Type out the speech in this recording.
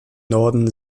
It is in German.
norden